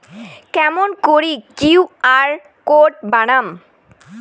কেমন করি QR code বানাম?